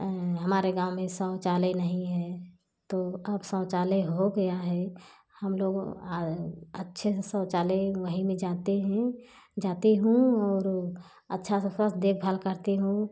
हमारे गाँव में शौचालय नहीं है तो अब शौचालय हो गया है हम लोग आ अच्छे से शौचालय वहीं जाते हें जाती हूँ और अच्छा से सब देखभाल करती हूँ